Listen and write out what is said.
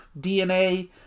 DNA